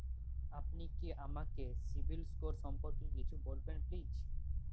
আপনি কি আমাকে সিবিল স্কোর সম্পর্কে কিছু বলবেন প্লিজ?